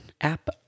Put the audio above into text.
app